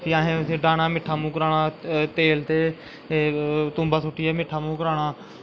फ्ही असैं उस डाह्ना गी मिट्ठा मूंह् कराना तेल ते धूम्बा सुट्टियै मिट्ठा मुंह् कराना